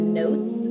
notes